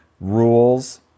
rules